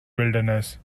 wilderness